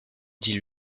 dit